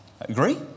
Agree